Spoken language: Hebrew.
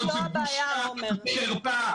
זאת בושה וחרפה.